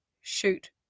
shoot